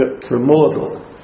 primordial